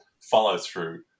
follow-through